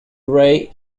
rei